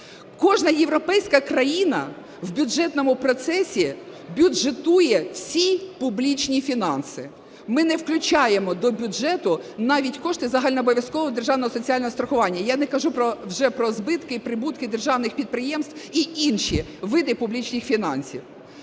Кожна європейська країна в бюджетному процесі бюджетує всі публічні фінанси. Ми не включаємо до бюджету навіть кошти загальнообов'язкового державного соціального страхування. Я не кажу вже про збитки і прибутки державних підприємств і інші види публічних фінансів.